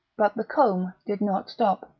but the comb did not stop.